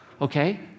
okay